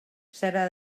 serà